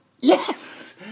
Yes